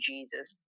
Jesus